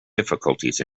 difficulties